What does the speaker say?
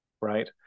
right